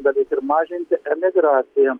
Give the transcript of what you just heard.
beveik ir mažinti emigraciją